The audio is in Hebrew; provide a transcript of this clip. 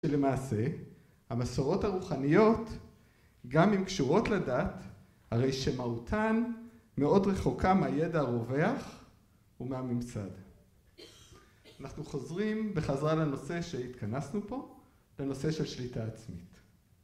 שלמעשה המסורות הרוחניות גם אם קשורות לדת, הרי שמהותן מאוד רחוקה מהידע הרווח ומהממסד. אנחנו חוזרים בחזרה לנושא שהתכנסנו פה, לנושא של שליטה עצמית.